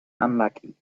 unlucky